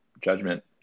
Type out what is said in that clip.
judgment